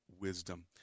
wisdom